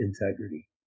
integrity